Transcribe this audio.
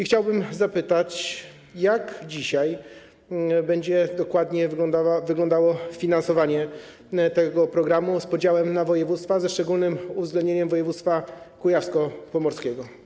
Chciałbym zapytać: Jak dzisiaj będzie dokładnie wyglądało finansowanie tego programu z podziałem na województwa, ze szczególnym uwzględnieniem województwa kujawsko-pomorskiego?